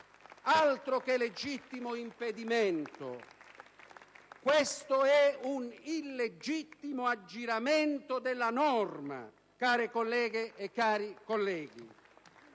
Altro che legittimo impedimento: questo è un illegittimo aggiramento della norma, care colleghe e cari colleghi!